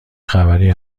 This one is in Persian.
خبری